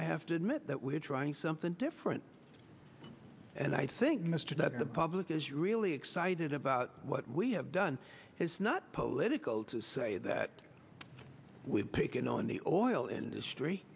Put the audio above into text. i have to admit that we're trying something different and i think mr that the public is really excited about what we have done it's not political to say that we're picking on the oil industry